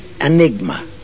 enigma